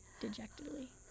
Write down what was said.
dejectedly